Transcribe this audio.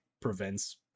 prevents